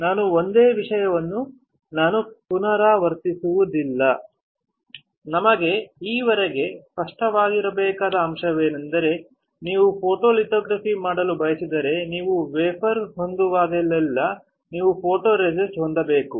ನಾನು ಒಂದೇ ವಿಷಯವನ್ನು ನಾನು ಪುನರಾವರ್ತಿಸುವುದಿಲ್ಲ ಈ ನಿಮಗೆ ವರೆಗೂ ಸ್ಪಷ್ಟವಾಗಿರರಬೇಕಾದ ಅಂಶವೇನೆಂದರೆ ನೀವು ಫೋಟೊಲಿಥೋಗ್ರಫಿ ಮಾಡಲು ಬಯಸಿದರೆ ನೀವು ವೇಫರ್ ಹೊಂದಿರುವಾಗಲೆಲ್ಲಾ ನೀವು ಫೋಟೊರೆಸಿಸ್ಟ್ ಹೊಂದಿರಬೇಕು